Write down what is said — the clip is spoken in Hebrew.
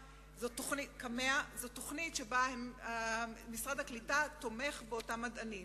זאת תוכנית שבה משרד הקליטה תומך באותם מדענים.